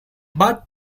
but